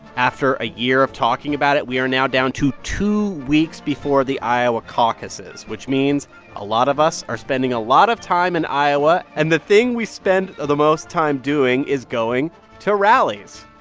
after a year of talking about it, we are now down to two weeks before the iowa caucuses, which means a lot of us are spending a lot of time in iowa. and the thing we spend the most time doing is going to rallies.